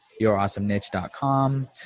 yourawesomeniche.com